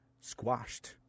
squashed